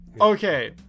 Okay